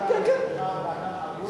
הכישלון הוא גם של הממשלה הזאת.